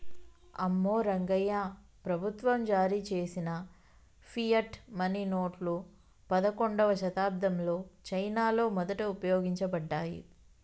అమ్మో రంగాయ్యా, ప్రభుత్వం జారీ చేసిన ఫియట్ మనీ నోట్లు పదకండవ శతాబ్దంలో చైనాలో మొదట ఉపయోగించబడ్డాయి